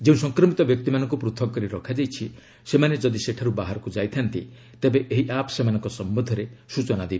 ଯେଉଁ ସଂକ୍ରମିତ ବ୍ୟକ୍ତିମାନଙ୍କୁ ପୂଥକ କରି ରଖାଯାଇଛି ସେମାନେ ଯଦି ସେଠାର୍ ବାହାରକ୍ ଯାଇଥାନ୍ତି ତେବେ ଏହି ଆପ୍ ସେମାନଙ୍କ ସମ୍ଭନ୍ଧରେ ସ୍ଚଚନା ଦେବ